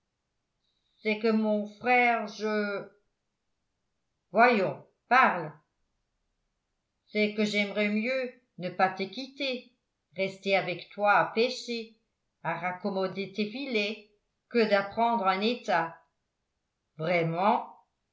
c'est que mon frère je voyons parle c'est que j'aimerais mieux ne pas te quitter rester avec toi à pêcher à raccommoder tes filets que d'apprendre un état vraiment